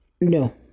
No